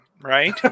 Right